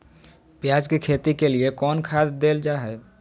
प्याज के खेती के लिए कौन खाद देल जा हाय?